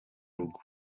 rugo